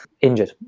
injured